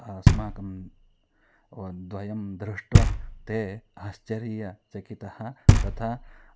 अस्माकं द्वयं दृष्ट्वा ते आश्चर्यचकितः तथा